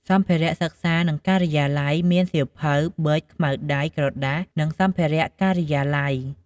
សម្ភារៈសិក្សា និងការិយាល័យ មានសៀវភៅ ប៊ិច ខ្មៅដៃ ក្រដាស និងសម្ភារៈការិយាល័យ។